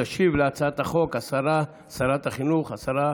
תשיב על הצעת החוק שרת החינוך, השרה